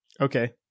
Okay